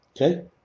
Okay